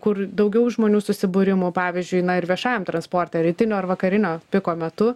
kur daugiau žmonių susibūrimų pavyzdžiui na ir viešajam transporte rytinio ar vakarinio piko metu